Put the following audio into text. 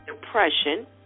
depression